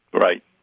Right